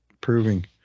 proving